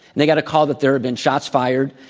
they got a call that there had been shots fired,